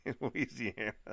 Louisiana